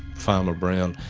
farmer brown,